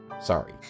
sorry